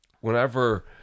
whenever